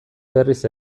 berriz